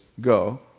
go